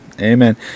Amen